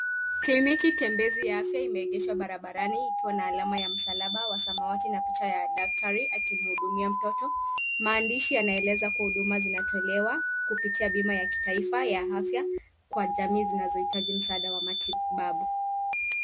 Kliniki tembezi ya afya imeegeshwa barabarani ikiwa na alama ya msalaba wa samawati na picha ya daktari akimhudumia mtoto, maandishi yanaeleza huduma zinatolewa kupitia bima ya kitaifa ya afya kwa jamii zinazohitaji msaada wa matibabu.